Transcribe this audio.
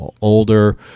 older